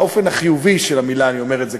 באופן החיובי של המילה אני אומר את זה,